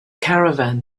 caravan